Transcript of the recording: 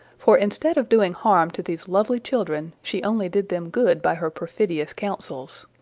for instead of doing harm to these lovely children, she only did them good by her perfidious counsels.